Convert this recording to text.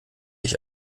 ich